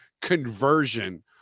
conversion